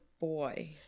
boy